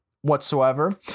whatsoever